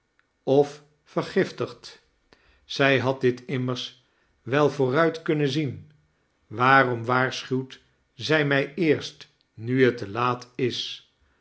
of vergiftigd zij had dit immers wel vooruit kunnen zien waarom waarschuwt zij mij eerst nu het te laat is